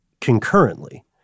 Concurrently